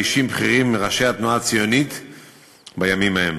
אישים בכירים מראשי התנועה הציונית בימים ההם.